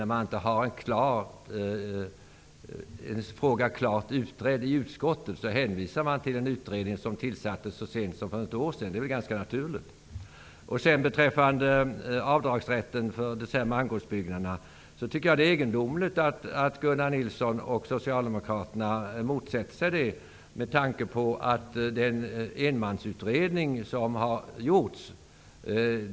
När en fråga inte är helt utredd i utskottet hänvisar man till den utredning som tillsattes så sent som för ett år sedan. Det är väl ganska naturligt att göra så. Sedan gäller det avdragsrätt för reparationer av mangårdsbyggnader. Det är egendomligt att Gunnar Nilsson och Socialdemokraterna motsätter sig detta, med tanke på den enmansutredning som förekommit.